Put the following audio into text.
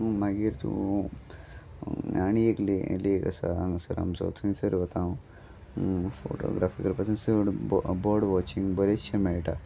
आनी मागीर तूं आनी एक लेक आसा हांगासर आमचो थंयसर वतां हांव फोटोग्राफी करपाचो चड बर्ड वॉचचींग बरेंचशें मेळटा हय